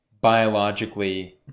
biologically